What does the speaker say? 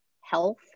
health